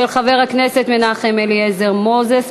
של חבר הכנסת מנחם אליעזר מוזס.